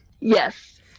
Yes